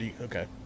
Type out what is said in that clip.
Okay